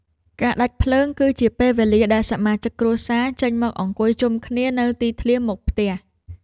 ការដាច់ភ្លើងគឺជាពេលវេលាដែលសមាជិកគ្រួសារ ចេញមកអង្គុយជុំគ្នានៅទីធ្លាមុខផ្ទះ។